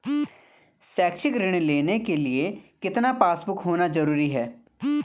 शैक्षिक ऋण लेने के लिए कितना पासबुक होना जरूरी है?